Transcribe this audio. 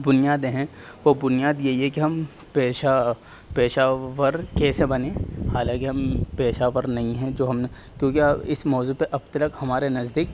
بنیادیں ہیں وہ بنیاد یہی ہے کہ ہم پیشہ پیشہ ور کیسے بنیں حالاںکہ ہم پیشہ ور نہیں ہیں جو ہم کیوںکہ اس موضوع پر اب تک ہمارے نزدیک